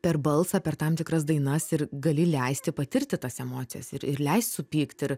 per balsą per tam tikras dainas ir gali leisti patirti tas emocijas ir leist supykt ir